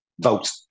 vote